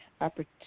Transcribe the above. Opportunity